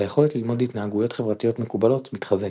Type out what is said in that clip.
והיכולת ללמוד התנהגויות חברתיות מקובלות מתחזקת.